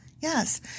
Yes